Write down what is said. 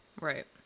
Right